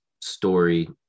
story